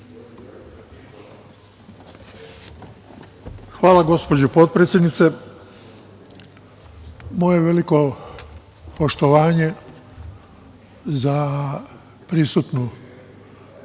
Hvala, gospođo potpredsednice. Moje veliko poštovanje za prisutnu